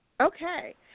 okay